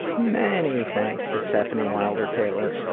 many thanks to stefanie wilder-taylor. i